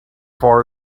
far